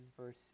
verse